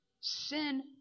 Sin